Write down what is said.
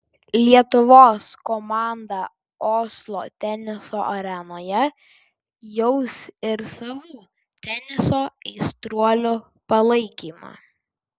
lietuvos komandą oslo teniso arenoje jaus ir savų teniso aistruolių palaikymą